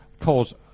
cause